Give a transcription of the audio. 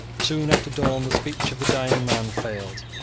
soon after dawn the speech of the dying man failed.